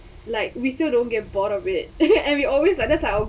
like we still don't get bored of it and we always like that's our